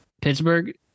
Pittsburgh